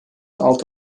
altı